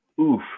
Oof